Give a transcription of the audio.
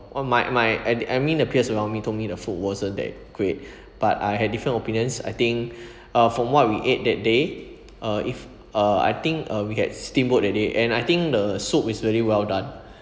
on my my I I mean the peers around me told me the food wasn't that great but I had different opinions I think uh from what we ate that day uh if uh I think uh we get steamboat that day and I think the soup is really well done